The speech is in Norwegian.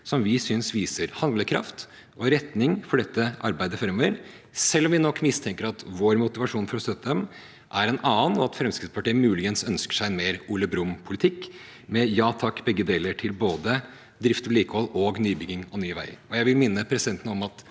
Vi synes de viser handlekraft og retning for dette arbeidet framover, selv om vi nok mistenker at vår motivasjon for å støtte dem er en annen, og at Fremskrittspartiet muligens ønsker seg mer Ole Brumm-politikk, med ja takk, begge deler, til både drift, vedlikehold og nybygging av nye veier. Jeg vil minne om at